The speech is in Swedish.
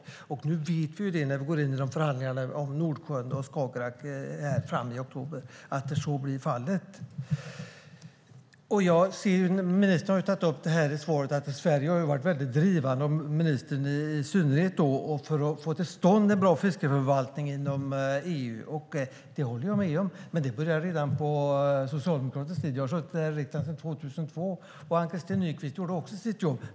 Nu vet vi att så blir fallet när vi går in i förhandlingarna om Nordsjön och Skagerrak i oktober. Ministern säger i svaret att Sverige har varit drivande, och ministern i synnerhet, för att få till stånd en bra fiskeförvaltning inom EU. Det håller jag med om. Men det började redan på socialdemokratisk tid. Jag har suttit i riksdagen sedan 2002, och Ann-Christin Nykvist gjorde också sitt jobb.